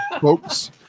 folks